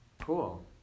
cool